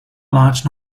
large